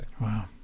Wow